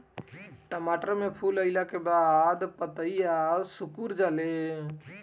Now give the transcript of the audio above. टमाटर में फूल अईला के बाद पतईया सुकुर जाले?